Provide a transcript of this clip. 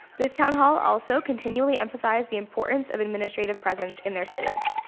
this town hall also continually emphasized the importance of administrative presence in their schools.